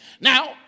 Now